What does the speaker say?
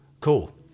cool